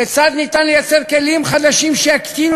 כיצד ניתן לייצר כלים חדשים שיקטינו